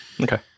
Okay